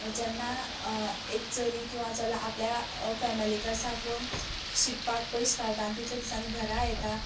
जेन्ना एक चली किंवा चलो आपल्या फॅमिली साकून शिकपाक पयस रावता आनी तितल्या दिसांनी घरा येता